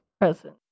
Present